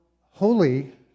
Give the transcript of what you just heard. holy